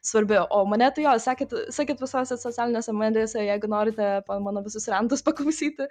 svarbi o mane tai jo sekit sekit visose socialinėse medijose jeigu norite po mano visus rentus paklausyti